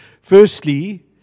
Firstly